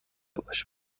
باش